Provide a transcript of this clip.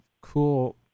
cool